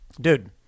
Dude